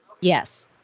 Yes